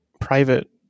private